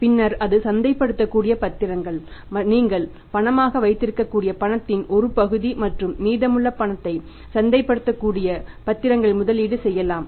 பின்னர் அது சந்தைப்படுத்தக்கூடிய பத்திரங்கள் நீங்கள் பணமாக வைத்திருக்கக்கூடிய பணத்தின் ஒரு பகுதி மற்றும் மீதமுள்ள பணத்தை சந்தைப்படுத்தக்கூடிய பத்திரங்களில் முதலீடு செய்யலாம்